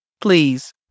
Please